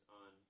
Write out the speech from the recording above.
on